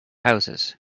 houses